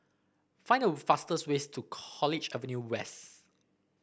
find the fastest way to College Avenue West